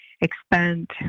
expand